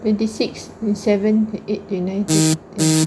twenty six twenty seven twenty eight twenty nine thir~